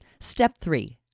step three,